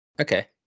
Okay